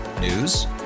News